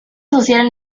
social